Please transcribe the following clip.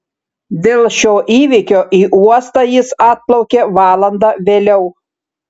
dėl šio įvykio į uostą jis atplaukė valanda vėliau